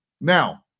Now